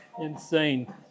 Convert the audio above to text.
insane